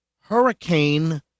Hurricane